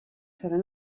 seran